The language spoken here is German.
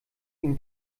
ihm